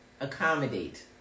accommodate